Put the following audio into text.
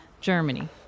Germany